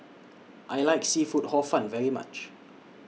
I like Seafood Hor Fun very much